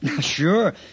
sure